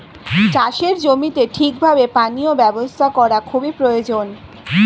চাষের জমিতে ঠিক ভাবে পানীয় ব্যবস্থা করা খুবই প্রয়োজন